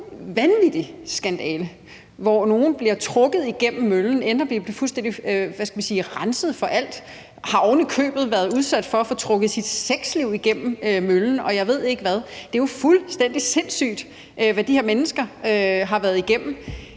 endnu en vanvittig skandale, hvor nogle bliver trukket igennem møllen og ender med at blive fuldstændig, hvad kan man sige, renset for alt, og de har ovenikøbet været udsat for at få trukket deres sexliv igennem møllen, og jeg ved ikke hvad. Det er jo fuldstændig sindssygt, hvad de her mennesker har været igennem.